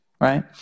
right